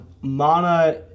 Mana